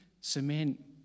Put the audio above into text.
cement